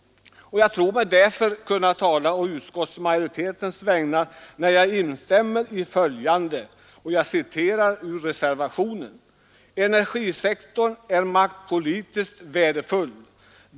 Jag tror mig också kunna tala på utskottsmajoritetens vägnar, när jag instämmer i följande, som jag citerar ur reservationen: ”Energisektorn är maktpolitiskt betydelsefull.